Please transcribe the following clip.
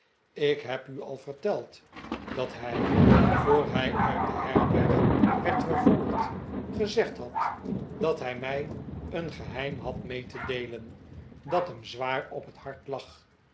ik heb u al verteld dat hij voor hij uit de herberg werd vervoerd gezegd had dat hij mij een geheim had mee te deelen dat hem zwaar op het hart lag